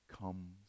comes